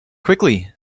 quickly